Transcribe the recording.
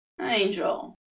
Angel